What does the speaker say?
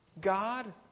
God